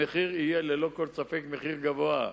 המחיר יהיה ללא כל ספק מחיר גבוה,